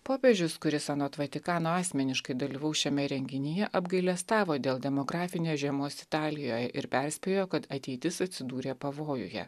popiežius kuris anot vatikano asmeniškai dalyvaus šiame renginyje apgailestavo dėl demografinės žiemos italijoje ir perspėjo kad ateitis atsidūrė pavojuje